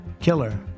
killer